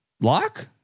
Lock